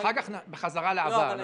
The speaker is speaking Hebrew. אחר כך בחזרה לעבר.